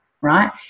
right